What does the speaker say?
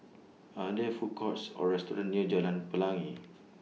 Are There Food Courts Or restaurants near Jalan Pelangi